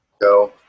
go